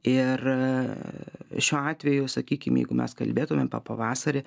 ir šiuo atveju sakykim jeigu mes kalbėtumėm apie pavasarį